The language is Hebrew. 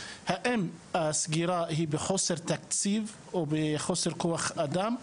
האם הסגירה היא מחוסר תקציב או מחוסר כוח אדם,